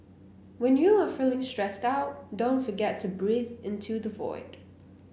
when you are feeling stressed out don't forget to breathe into the void